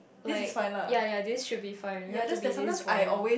like yea yea this should be fine you have to be this volume